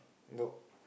no